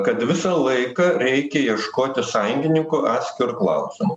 kad visą laiką reikia ieškoti sąjungininkų atskiru klausimu